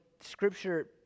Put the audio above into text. Scripture